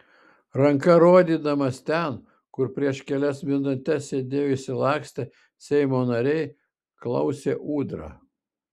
ranka rodydamas ten kur prieš kelias minutes sėdėjo išsilakstę seimo nariai klausė ūdra